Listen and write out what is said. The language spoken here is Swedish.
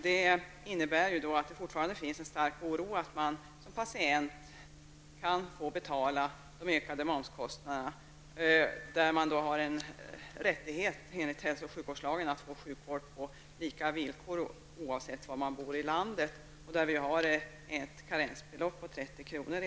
Det innebär att det fortfarande finns en stor oro att man som patient kan få betala de ökade momskostnaderna, trots att man enligt hälso och sjukvårdslagen har rätt att få sjukvård på lika villkor oavsett var man bor i landet och trots att det redan i dag finns ett karensbelopp på 30 kr.